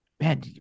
Man